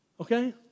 Okay